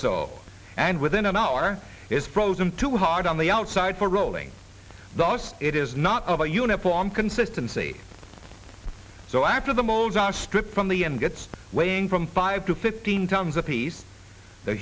so and within an hour is frozen to hard on the outside for rolling thus it is not of a uniform consistency so after the malls are stripped from the and gets weighing from five to fifteen tons of piece the